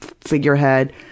figurehead